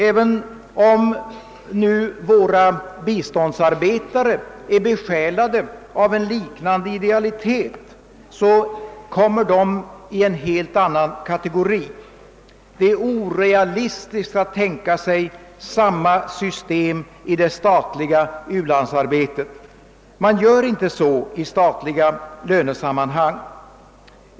Även om nu våra biståndsarbetare är besjälade av en liknande idealitet, kommer de i en helt annan kategori. Det är orealistiskt att tänka sig samma system i det statliga u-landsarbetet. Man gör inte så i statliga lönesammanhang.